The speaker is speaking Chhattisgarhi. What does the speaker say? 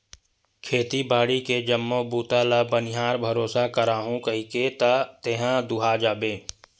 खेती बाड़ी के जम्मो बूता ल बनिहार भरोसा कराहूँ कहिके त तेहा दूहा जाबे